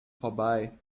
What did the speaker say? vorbei